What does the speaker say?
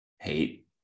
hate